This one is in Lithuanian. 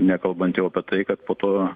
nekalbant jau apie tai kad po to